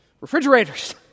refrigerators